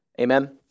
Amen